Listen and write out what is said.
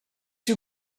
you